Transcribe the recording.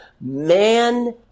Man